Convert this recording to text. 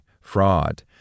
fraud